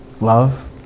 Love